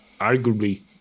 arguably